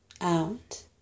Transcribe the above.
out